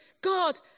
God